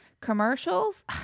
commercials